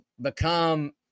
become